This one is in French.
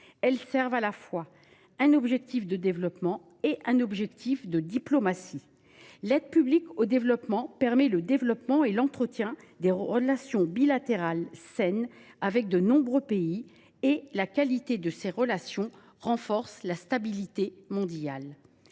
Elles servent à la fois un objectif de développement et un objectif de diplomatie. L’aide publique au développement permet le développement et l’entretien de relations bilatérales saines avec de nombreux pays. Quant à la qualité de ces relations, elle renforce la stabilité mondiale.